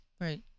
right